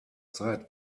zeit